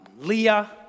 Leah